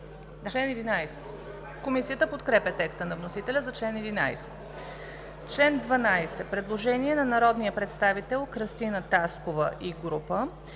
чл. 11. Комисията подкрепя текста на вносителя за чл. 11. По чл. 12 има предложение на народния представител Кръстина Таскова и група: